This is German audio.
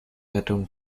rettung